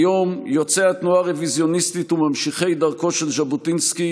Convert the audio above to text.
כיום יוצאי התנועה הרוויזיוניסטית וממשיכי דרכו של ז'בוטינסקי